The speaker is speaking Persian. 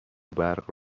برق